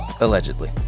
Allegedly